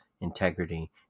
integrity